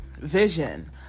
vision